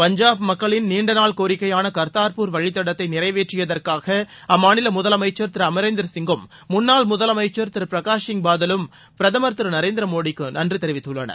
பஞ்சாப் மக்களின் நீண்டநாள் கோரிக்கையாள கர்தார்பூர் வழித்தடத்தை நிறைவேற்றியதற்காக அம்மாநில முதலமைச்சர் திரு அம்ரீந்தர் சிங்கும் முன்னாள் முதலமைச்சர் திரு பிரகாஷ்சிங் பாதலும் பிரதமர் திரு நரேந்திர மோடிக்கு நன்றி தெரிவித்துள்ளனர்